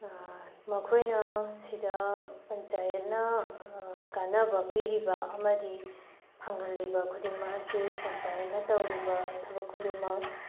ꯃꯈꯣꯏꯅ ꯁꯤꯗ ꯄꯟꯆꯥꯌꯠꯅ ꯀꯥꯟꯅꯕ ꯄꯤꯔꯤꯕ ꯑꯃꯗꯤ ꯐꯪꯍꯜꯂꯤꯕ ꯈꯨꯗꯤꯡꯃꯛ ꯑꯁꯤ ꯄꯟꯆꯥꯌꯠꯅ ꯇꯧꯔꯤꯕ ꯊꯕꯛ ꯈꯨꯗꯤꯡꯃꯛ